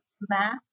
math